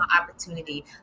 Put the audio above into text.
opportunity